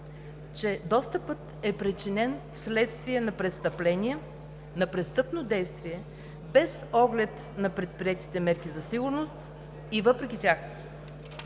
че достъпът е причинен вследствие на престъпно действие без оглед на предприетите мерки за сигурност и въпреки тях.